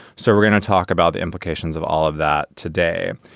so we're going to talk about the implications of all of that today.